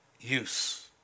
use